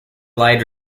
lied